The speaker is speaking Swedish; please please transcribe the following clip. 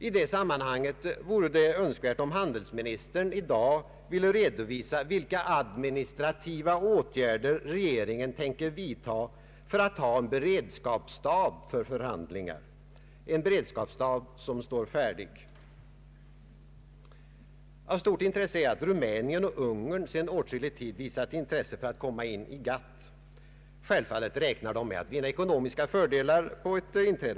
I det sammanhanget vore det önskvärt om handelsministern i dag ville redovisa vilka administrativa åtgärder regeringen tänker vidta för att ha en beredskapsstab färdig för förhandlingar. Av stort intresse är att Rumänien och Ungern sedan åtskillig tid visat intresse för att komma in i GATT. Självfallet räknar de med att vinna ekonomiska fördelar på ett inträde.